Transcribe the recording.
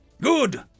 Good